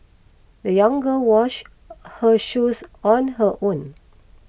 the young girl wash her shoes on her own